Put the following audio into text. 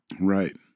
right